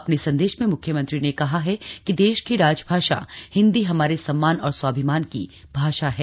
अपने संदेश में म्ख्यमंत्री ने कहा है कि देश की राजभाषा हिन्दी हमारे सम्मान और स्वाभिमान की भाषा है